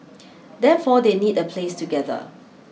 therefore they need a place to gather